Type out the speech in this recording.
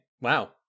wow